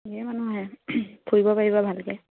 ধেৰ মানুহ আহে ফুৰিব পাৰিব ভালকৈ